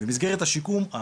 במסגרת השיקום,